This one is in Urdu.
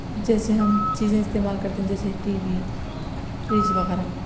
جیسے ہم چیزیں استعمال کرتے ہیں جیسے ٹی وی فریج وغیرہ